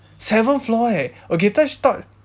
seven floor eh okay just thought